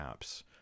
apps